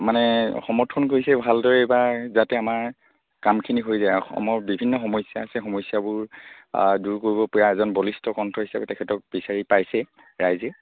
মানে সমৰ্থন কৰিছে ভালদৰে এইবাৰ যাতে আমাৰ কামখিনি হৈ যায় অসমৰ বিভিন্ন সমস্যা আছে সমস্যাবোৰ দূৰ কৰিব পৰা এজন বলিষ্ঠ কণ্ঠ হিচাপে তেখেতক বিচাৰি পাইছে ৰাইজে